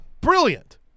Brilliant